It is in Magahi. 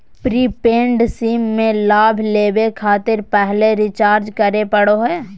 प्रीपेड सिम में लाभ लेबे खातिर पहले रिचार्ज करे पड़ो हइ